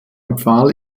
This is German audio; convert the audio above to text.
empfahl